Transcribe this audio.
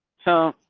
so,